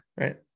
right